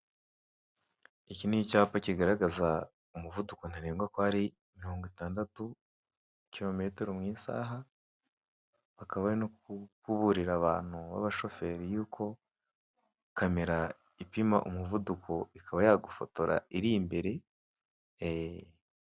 Iki ni icyapa kigaragaza umuvuduko ntarengwa ko ari mirongo itandatu kirometero mu isaha akaba ari no kuburira abantu babashoferi yuko kamera ipima umuvuduko ikaba yagufotora iri imbere. Yee.